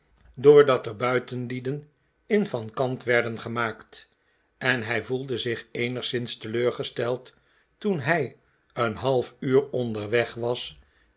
doordat er buitenlieden in van kant werden gemaakt en hij voelde zich eenigszins teleurgesteld toen hij een half uur onderweg was